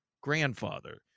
grandfather